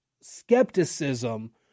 skepticism